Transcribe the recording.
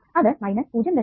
അത് 0